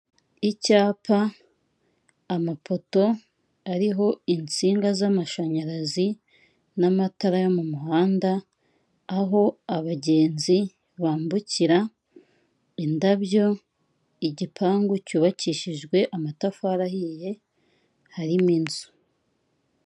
Uruganda rw'amata, utubuni turi mu gatajeri rw'ibara ry'umweru turimo amata, igikoresho babikamo amata kiri iruhande rwabyo.